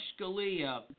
Scalia